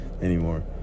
anymore